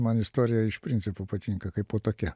man istorija iš principo patinka kaipo tokia